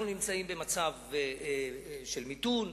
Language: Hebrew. אנחנו במצב של מיתון,